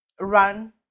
run